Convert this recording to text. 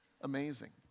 amazing